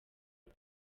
rwe